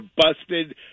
busted